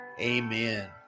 amen